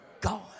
God